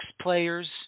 players